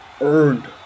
earned